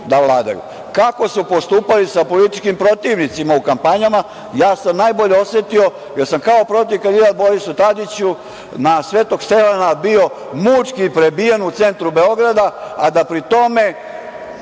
da vladaju. Kako su postupali sa političkim protivnicima u kampanjama, ja sam najbolje osetio, jer sam kao protiv kandidat Borisu Tadiću na Svetog Stefana bio mučki prebijen u centru Beograda, a da pri tome